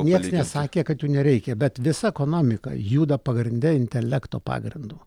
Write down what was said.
nieks nesakė kad jų nereikia bet visa ekonomika juda pagrinde intelekto pagrindu